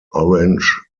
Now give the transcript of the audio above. orange